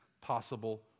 possible